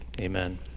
Amen